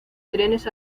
trenes